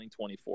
2024